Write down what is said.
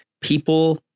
people